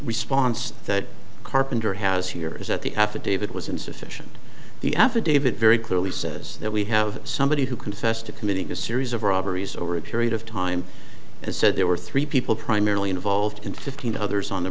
response that carpenter has here is that the affidavit was insufficient the affidavit very clearly says that we have somebody who confessed to committing a series of robberies over a period of time has said there were three people primarily involved in fifteen others on the